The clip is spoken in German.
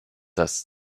das